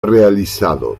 realizado